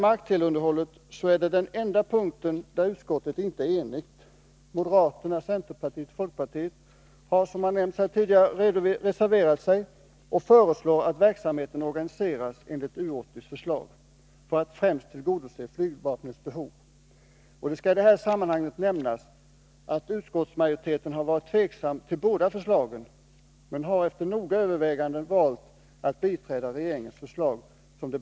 Markteleunderhållet är den enda punkt där utskottet inte är enigt. Moderata samlingspartiet, centern och folkpartiet har reserverat sig och föreslår att verksamheten organiseras enligt U 80:s förslag, för att främst tillgodose flygvapnets behov. Det skall i det här sammanhanget nämnas att utskottsmajoriteten har varit tveksam till båda förslagen, men har efter noga övervägande valt att biträda regeringens förslag.